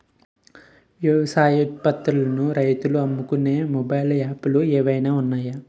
వ్యవసాయ ఉత్పత్తులను రైతులు అమ్ముకునే మొబైల్ యాప్ లు ఏమైనా ఉన్నాయా?